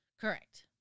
Correct